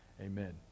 Amen